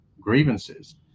grievances